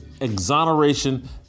exoneration